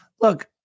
Look